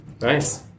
Nice